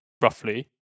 roughly